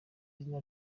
izina